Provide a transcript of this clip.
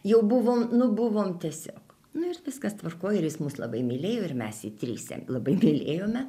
jau buvom nu buvom tiesiog nu ir viskas tvarkoj ir jis mus labai mylėjo ir mes jį trise labai mylėjome